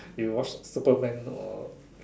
you watch Superman or